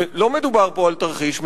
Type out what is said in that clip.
לא מדובר פה על תרחיש,